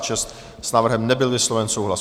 S návrhem nebyl vysloven souhlas.